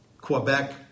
Quebec